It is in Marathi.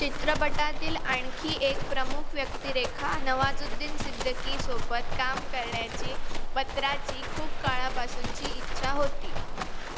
चित्रपटातील आणखी एक प्रमुख व्यक्तिरेखा नवाजुद्दीन सिद्दीकीसोबत काम करण्याची बत्राची खूप काळापासूनची इच्छा होती